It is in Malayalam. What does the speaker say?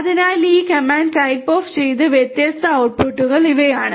അതിനാൽ ഈ കമാൻഡ് ടൈപ്പ്ഓഫിന്റെ വ്യത്യസ്ത ഔട്ട്ട്ട്പുട്ടുകൾ ഇവയാണ്